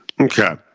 Okay